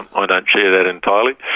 um and share that entirely.